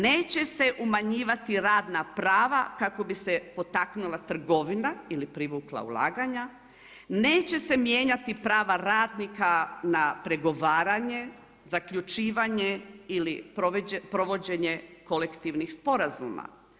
Neće se umanjivati radna prava kako bi se potaknula trgovina ili privukla ulaganja, neće se mijenjati prava radnika na pregovaranje, zaključivanje ili provođenje kolektivnih sporazuma.